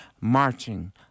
marching